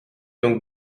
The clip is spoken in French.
donc